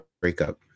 breakup